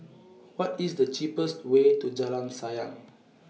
What IS The cheapest Way to Jalan Sayang